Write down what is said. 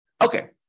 Okay